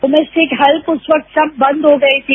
domestic हेत्य उस वक्त सब बंद हो गई थी